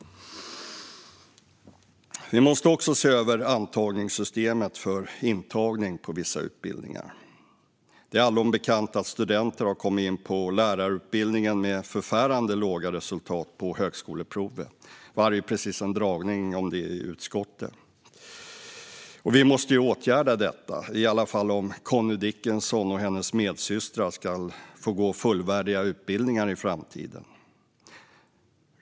Vi måste också se över antagningssystemet för antagning till vissa utbildningar. Det är allom bekant att studenter har kommit in på lärarutbildningen med förfärande låga resultat på högskoleprovet. Vi hade precis en föredragning om det i utskottet. Vi måste ju åtgärda detta, i varje fall om Connie Dickinson och hennes medsystrar ska få gå fullvärdiga utbildningar i framtiden.